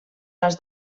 les